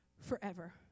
forever